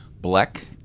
black